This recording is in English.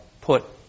put